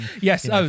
Yes